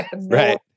Right